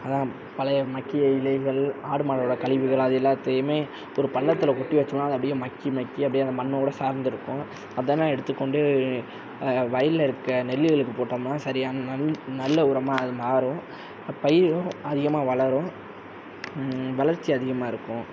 அதுதான் பழைய மக்கிய இலைகள் ஆடு மாடோட கழிவுகள் அது எல்லாத்தையுமே ஒரு பள்ளத்தில் கொட்டி வைச்சோம்னா அது அப்படியே மக்கி மக்கி அப்படியே அந்த மண்ணோட சேர்ந்து இருக்கும் அதெலாம் எடுத்துக் கொண்டு வயலில் இருக்க நெல்களுக்கு போட்டமுனால் சரியான நல் நல்ல உரமாக அது மாறும் பயிறும் அதிகமாக வளரும் வளர்ச்சி அதிகமாக இருக்கும்